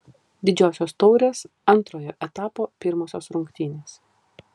didžiosios taurės antrojo etapo pirmosios rungtynės